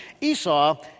Esau